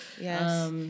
Yes